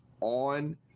on